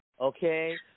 okay